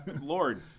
Lord